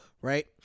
right